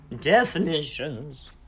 definitions